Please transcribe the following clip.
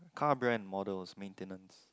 car brand models maintenance